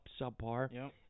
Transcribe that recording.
subpar